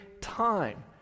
time